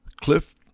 Cliff